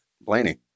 Blaney